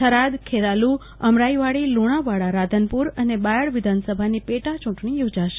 Tharad Kheralu Amraiwadi Lunawada Radhanpur અને બાયડ વિધાનસભાની પેટા ચુંટણી યોજાનાર છે